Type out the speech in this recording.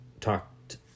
talked